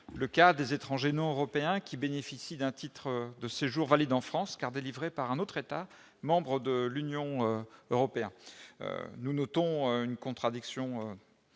le cas des étrangers non européens bénéficiant d'un titre de séjour valide en France, puisqu'il a été délivré par un autre État membre de l'Union européenne. Nous notons une contradiction